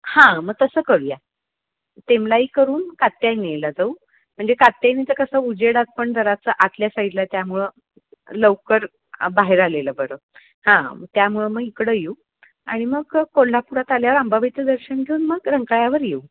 हां मग तसं करूया तेमलाई करून कात्यायनीला जाऊ म्हणजे कात्यायनीचा कसं उजेडात पण जरासं आतल्या साईडला आहे त्यामुळं लवकर बाहेर आलेलं बरं हां त्यामुळं मग इकडं येऊ आणि मग कोल्हापुरात आल्यावर अंबाबाईचं दर्शन घेऊन मग रंकाळ्यावर येऊ